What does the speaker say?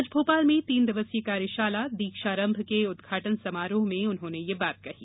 आज भोपाल में तीन दिवसीय कार्यशाला दीक्षारम्भ के उद्घाटन समारोह में उन्होंने यह बात कही